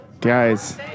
Guys